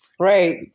Right